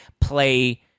play